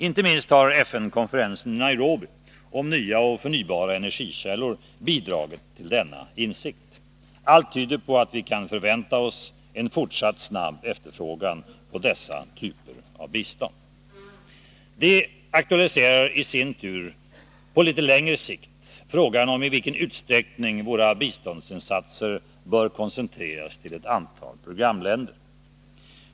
Inte minst har FN-konferensen i Nairobi om nya och förnybara energikällor bidragit till denna insikt. Allt tyder på att vi kan förvänta oss en fortsatt snabb efterfrågan på dessa typer av bistånd. Detta aktualiserar i sin tur på litet längre sikt frågan om i vilken utsträckning våra biståndsresurser bör koncentreras till ett antal programländer.